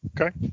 Okay